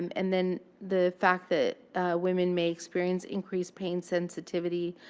and then the fact that women may experience increased pain sensitivity.